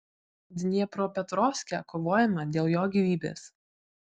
dniepropetrovske kovojama dėl jo gyvybės